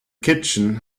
kitchen